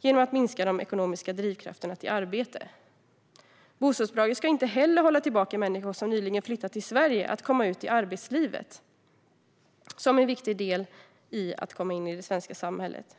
genom att minska de ekonomiska drivkrafterna till arbete. Bostadsbidraget ska inte heller hålla tillbaka människor som nyligen har flyttat till Sverige från att komma ut i arbetslivet - en viktig del i att komma in i det svenska samhället.